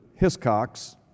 Hiscox